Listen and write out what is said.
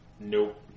Nope